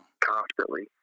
constantly